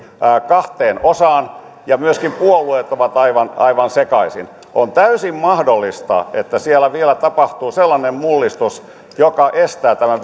kahteen osaan ja myöskin puolueet ovat aivan aivan sekaisin on täysin mahdollista että siellä vielä tapahtuu sellainen mullistus joka estää tämän